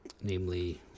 namely